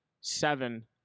seven